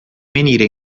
venire